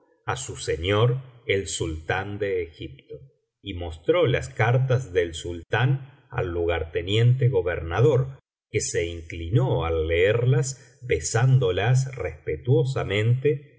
á su señor el sultán de egipto y mostró las cartas del sultán al lugarteniente gobernador que se inclinó al leerlas besándolas respetuosamente